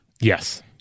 Yes